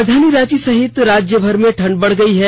राजधानी रांची सहित राज्यभर में ठंड बढ़ गई है